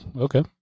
okay